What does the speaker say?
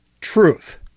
truth